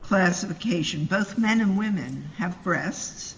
classification both men and women have breas